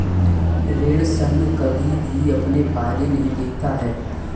ऋण संघ कभी भी अपने फायदे नहीं देखता है